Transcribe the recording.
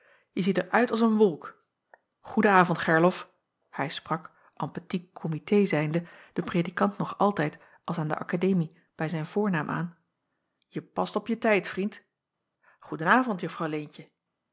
je ziet er uit als een wolk goeden avond gerlof hij sprak en petit comité zijnde den predikant nog altijd als aan de akademie bij zijn voornaam aan je past op je tijd vriend goeden avond juffrouw leentje